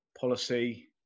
policy